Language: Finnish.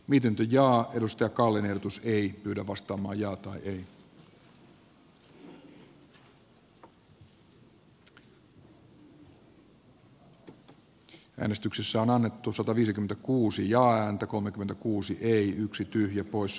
miten ja mistä kalle verotus ei yllä vastaa timo kalli on esko kivirannan kannattamana ehdottanut että pykälä hyväksytään vastalauseen mukaisena